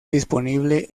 disponible